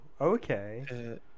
okay